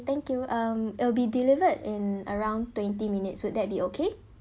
thank you um it'll be delivered in around twenty minutes would that be okay